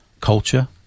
culture